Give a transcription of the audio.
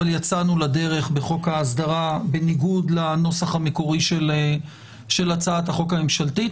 אבל יצאנו לדרך בחוק ההסדרה בניגוד לנוסח המקורי של הצעת החוק הממשלתית.